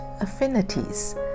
affinities